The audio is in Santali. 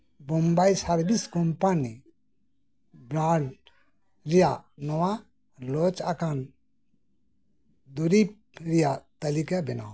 ᱵᱳᱢᱵᱟᱭ ᱥᱟᱨᱵᱤᱥ ᱠᱳᱢᱯᱟᱱᱤ ᱵᱨᱮᱱᱰ ᱨᱮᱭᱟᱜ ᱱᱚᱶᱟ ᱞᱚᱧᱪ ᱟᱠᱟᱱ ᱫᱩᱨᱤᱵᱽ ᱨᱮᱭᱟᱜ ᱛᱟᱞᱤᱠᱟ ᱵᱮᱱᱟᱣ ᱢᱮ